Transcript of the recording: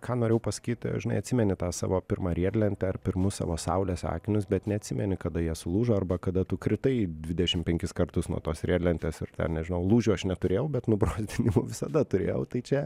ką norėjau pasakyt žinai atsimeni tą savo pirmą riedlentę ar pirmus savo saulės akinius bet neatsimeni kada jie sulūžo arba kada tu kritai dvidešim penkis kartus nuo tos riedlentės ir ten nežinau lūžių aš neturėjau bet nubrozdinimų visada turėjau tai čia